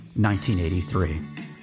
1983